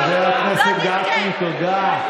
חבר הכנסת גפני, תודה.